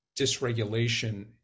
dysregulation